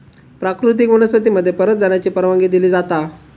प्राकृतिक वनस्पती मध्ये परत जाण्याची परवानगी दिली जाता